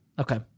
okay